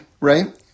right